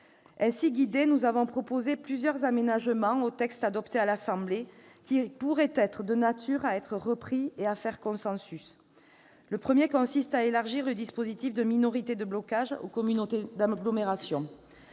Ainsi guidés, nous avons proposé plusieurs aménagements au texte adopté par l'Assemblée nationale qui pourraient être de nature à être repris et à faire consensus. Le premier consiste à élargir le dispositif de minorité de blocage aux communautés d'agglomération.